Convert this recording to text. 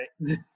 right